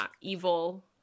evil